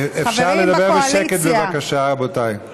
חברים בקואליציה.